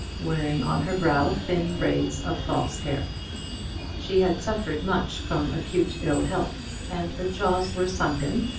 wearing on her brow thin braids of false hair she had suffered much from acute ill health, and her jaws were sunken,